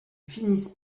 finissent